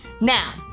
Now